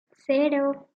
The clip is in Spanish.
cero